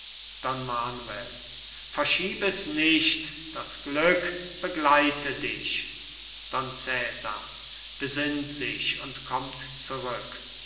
verschieb es nicht das glück begleite dich don cesar besinnt sich und kommt zurück